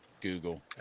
Google